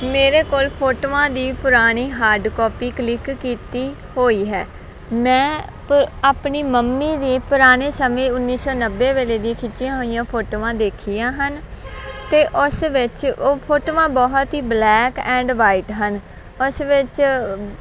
ਮੇਰੇ ਕੋਲ ਫੋਟੋਆਂ ਦੀ ਪੁਰਾਣੀ ਹਾਰਡ ਕਾਪੀ ਕਲਿਕ ਕੀਤੀ ਹੋਈ ਹੈ ਮੈਂ ਅਪ ਆਪਣੀ ਮੰਮੀ ਦੀ ਪੁਰਾਣੇ ਸਮੇਂ ਉੱਨੀ ਸੌ ਨੱਬੇ ਵੇਲੇ ਦੀ ਖਿੱਚੀਆਂ ਹੋਈਆਂ ਫੋਟੋਆਂ ਦੇਖੀਆਂ ਹਨ ਅਤੇ ਉਸ ਵਿੱਚ ਉਹ ਫੋਟੋਆਂ ਬਹੁਤ ਹੀ ਬਲੈਕ ਐਂਡ ਵਾਈਟ ਹਨ ਉਸ ਵਿੱਚ